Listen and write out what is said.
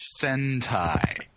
Sentai